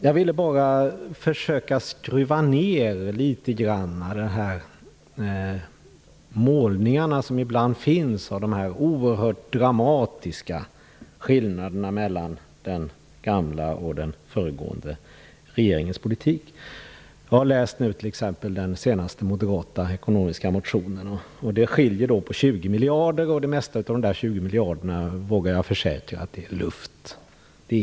Jag ville bara försöka skruva ned de målningar som ibland finns av de dramatiska skillnaderna mellan den nuvarande och den föregående regeringens politik. Jag har t.ex. nyligen läst den senaste moderata motionen. Den skiljer sig från regeringens förslag med 20 miljarder. Jag vågar dock försäkra att det mesta av detta är luft.